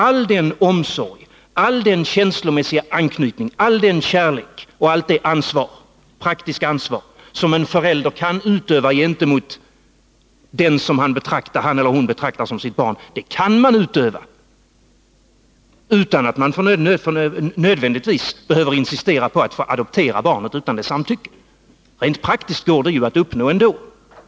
All den omsorg, känslomässiga anknytning och kärlek samt allt det praktiska ansvar som krävs i relationen mellan en förälder och den som han eller hon betraktar som sitt barn, kan också komma till uttryck utan att föräldern nödvändigtvis behöver insistera på att få adoptera barnet utan dess samtycke. Rent praktiskt går det att uppnå allt detta ändå.